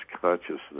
consciousness